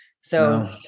So-